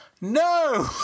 No